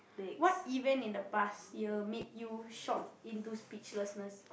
what event in the past year made you shocked into speechlessness